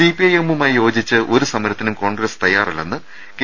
സിപിഐഎമ്മുമായി യോജിച്ച് ഒരു സമരത്തിനും കോൺഗ്രസ് തയ്യാറല്ലെന്ന് കെ